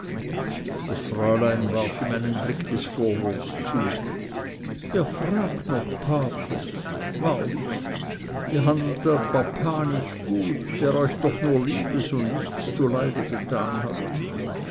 das fräulein warf ihm einen blick des vorwurfs zu ihr fragt noch pate wahrlich ihr handelt an papa nicht gut der euch doch nur liebes und nichts zuleide getan hat